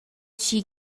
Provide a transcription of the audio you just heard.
tgei